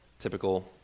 typical